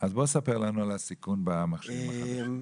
אז בוא ספר לנו על הסיכון במכשירים החדשים.